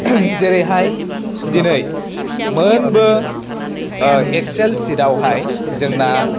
जेरैहाय दिनै मोनबो एक्सेल शिटआवहाय जोंना